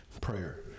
prayer